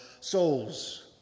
souls